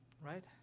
Right